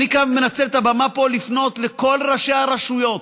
אני מנצל כאן את הבמה לפנות לכל ראשי הרשויות,